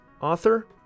author